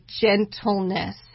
gentleness